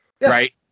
right